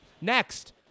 Next